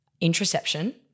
interception